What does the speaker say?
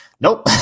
Nope